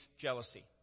jealousy